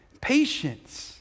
patience